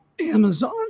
Amazon